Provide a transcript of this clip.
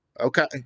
Okay